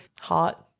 Hot